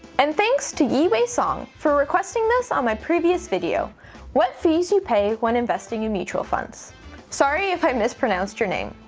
and thanks to yiwei song for requesting this on my previous video what fees you pay when investing in mutual funds sorry if i mispronounced your name.